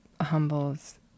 humbles